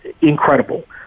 incredible